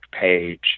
page